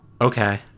Okay